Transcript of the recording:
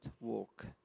walk